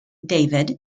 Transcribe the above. david